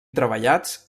treballats